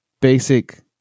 basic